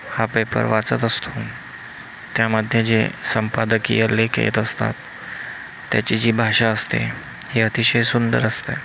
हा पेपर वाचत असतो त्यामध्ये जे संपादकीय लेख येत असतात त्याची जी भाषा असते ही अतिशय सुंदर असते